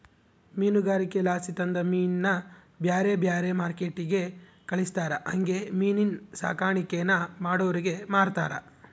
ಮೀನುಗಾರಿಕೆಲಾಸಿ ತಂದ ಮೀನ್ನ ಬ್ಯಾರೆ ಬ್ಯಾರೆ ಮಾರ್ಕೆಟ್ಟಿಗೆ ಕಳಿಸ್ತಾರ ಹಂಗೆ ಮೀನಿನ್ ಸಾಕಾಣಿಕೇನ ಮಾಡೋರಿಗೆ ಮಾರ್ತಾರ